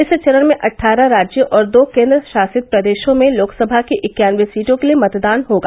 इस चरण में अट्ठारह राज्यों और दो केन्द्र शासित प्रदेशों में लोकसभा की इक्यानवे सीटों के लिए मतदान होगा